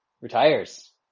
retires